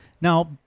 Now